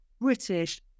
British